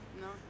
No